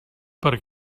per